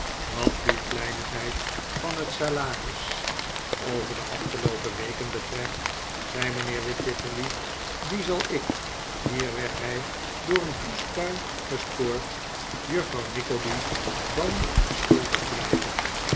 wat die kleinigheid van het salaris over de afgeloopen weken betreft zei mijnheer wititterly die zal ik hier werd hij door een hoestbui gestoord juffrouw nickleby dan schuldig blijven